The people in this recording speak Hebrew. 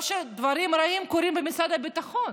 או שדברים רעים קורים במשרד הביטחון.